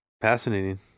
Fascinating